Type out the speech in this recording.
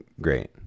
great